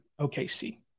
OKC